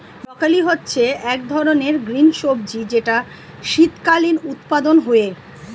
broccoli হচ্ছে এক ধরনের গ্রিন সবজি যেটার শীতকালীন উৎপাদন হয়ে